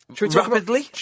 Rapidly